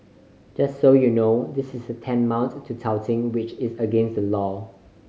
just so you know this is tantamount to touting which is against the law